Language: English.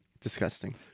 Disgusting